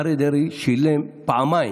אריה דרעי שילם פעמיים.